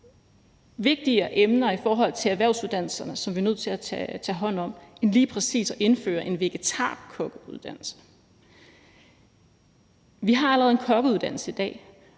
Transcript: vigtigere emner i forhold til erhvervsuddannelserne, som vi er nødt til at tage hånd om, end lige præcis at indføre en vegetarkokkeuddannelse. Vi har allerede en kokkeuddannelse i dag,